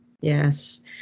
Yes